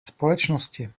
společnosti